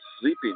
sleeping